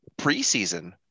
preseason